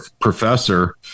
professor